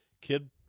kid